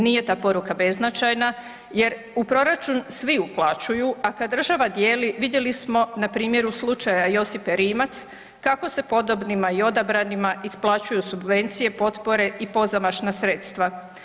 Nije ta poruka beznačajna jer u proračun svi uplaćuju, a kad država dijeli vidjeli smo na primjeru slučaja Josipe Rimac kako se podobnima i odabranima isplaćuju subvencije, potpore i pozamašna sredstva.